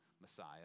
Messiah